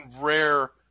rare